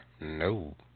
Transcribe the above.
no